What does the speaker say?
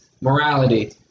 morality